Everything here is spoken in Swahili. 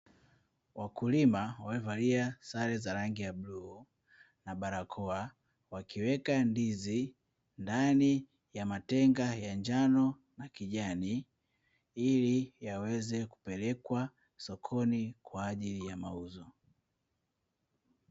Wakulima wevalia sare za rangi ya bluu na barakoa wakiweka ndizi ndani ya matenga ya njano na kijani, ili yaweze kupelekwa sokoni kwa ajili ya mauzo.